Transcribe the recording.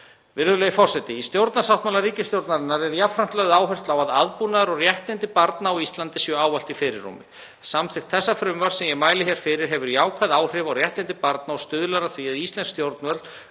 Virðulegi forseti. Í stjórnarsáttmála ríkisstjórnarinnar er jafnframt lögð áhersla á að aðbúnaður og réttindi barna á Íslandi séu ávallt í fyrirrúmi. Samþykkt þessa frumvarps sem ég mæli hér fyrir hefur jákvæð áhrif á réttindi barna og stuðlar að því að íslensk stjórnvöld